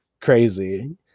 crazy